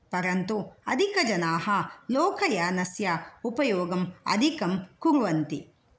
परन्तु अधिकजनाः लोकयानस्य उपयोगम् अधिकं कुर्वन्ति